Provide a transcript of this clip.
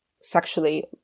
sexually